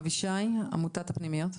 אבישי, עמותת הפנימיות.